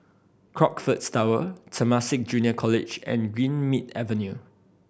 Crockfords Tower Temasek Junior College and Greenmead Avenue